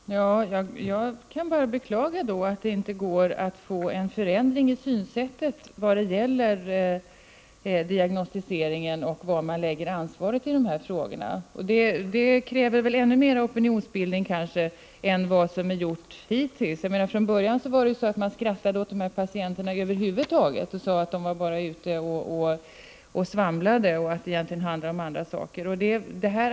Fru talman! Jag kan bara beklaga att det inte går att få en förändring i synsättet i vad gäller diagnostiseringen och var man lägger ansvaret i de här frågorna. Detta kräver kanske ännu mer opinionsbildning än hittills. Från början skrattade man bara åt patienterna och sade att de bara var ute och svamlade och att det egentligen bara handlade om andra saker.